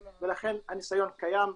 אז הניסיון קיים,